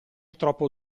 troppo